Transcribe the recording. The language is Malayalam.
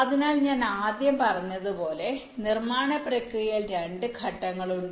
അതിനാൽ ഞാൻ പറഞ്ഞതുപോലെ നിർമ്മാണ പ്രക്രിയയിൽ രണ്ട് ഘട്ടങ്ങളുണ്ട്